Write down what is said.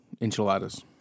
enchiladas